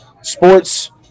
Sports